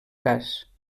cas